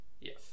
Yes